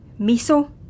Miso